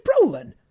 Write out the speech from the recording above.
Brolin